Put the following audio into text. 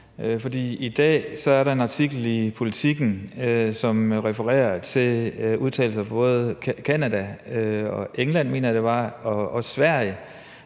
I dag er der en artikel i Politiken, som refererer til udtalelser fra både Canada og England – mener